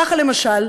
ככה, למשל,